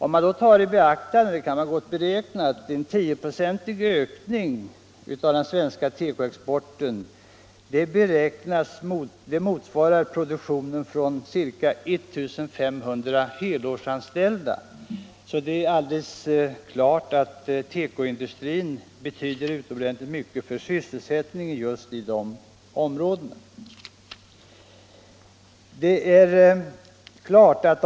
Man skall i sammanhanget beakta att en 10-procentig ökning av den svenska teko-exporten motsvarar produktionen med ungefär 1 500 helårsanställda. Det är alltså fullt klart att teko-industrin betyder utomordentligt mycket för sysselsättningen i områden med sådan industri.